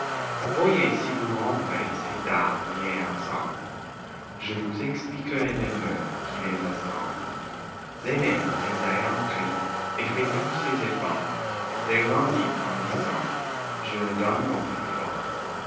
voyez si vous romprez ces dards liés ensemble je vous expliquerai le nœud qui les assemble l'aîné les ayant pris et fait tous ses efforts les rendit en disant je le donne aux plus forts